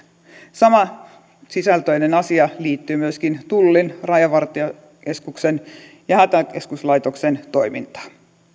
samansisältöinen asia liittyy myöskin tullin rajavartiolaitoksen ja hätäkeskuslaitoksen toimintaan